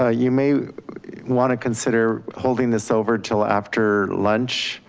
ah you may want to consider holding this over til after lunch.